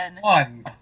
One